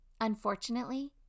Unfortunately